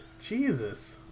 Jesus